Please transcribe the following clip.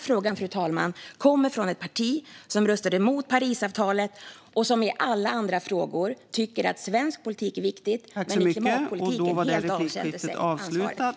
Frågan, fru talman, kommer från ett parti som röstade emot Parisavtalet och som i alla andra frågor tycker att svensk politik är viktig men i klimatpolitiken helt avhänder sig ansvaret.